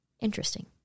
Interesting